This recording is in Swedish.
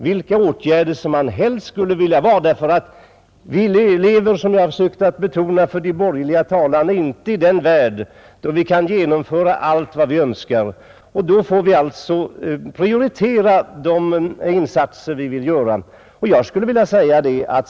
Vi lever, som jag har försökt betona för de borgerliga talarna, inte i den värld där vi kan genomföra allt vad vi önskar, utan vi får prioritera vissa insatser.